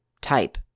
type